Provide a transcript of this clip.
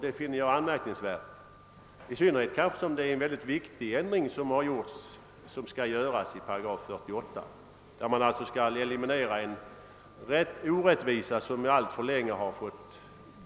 Det finner jag anmärkningsvärt, i synnerhet som det är en viktig ändring som skall göras i 48 §, där man skall eliminera en orättvisa som har fått bestå alitför länge.